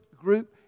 group